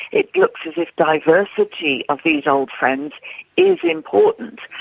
it looks as if diversity of these old friends is important,